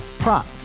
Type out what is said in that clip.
Prop